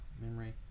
memory